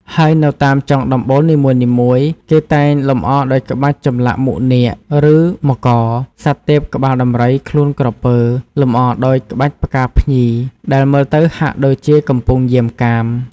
ហើយនៅតាមចុងដំបូលនីមួយៗ គេតែងលម្អដោយក្បាច់ចម្លាក់មុខនាគ ឬមករ (សត្វទេពក្បាលដំរី ខ្លួនក្រពើ លម្អដោយក្បាច់ផ្កាភ្ញី) ដែលមើលទៅហាក់ដូចជាកំពុងយាមកាម។